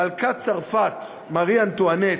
מלכת צרפת מארי אנטואנט,